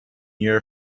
yer